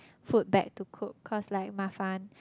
food back to cook cause like mafan